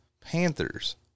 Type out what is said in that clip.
Panthers